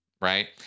right